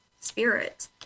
spirit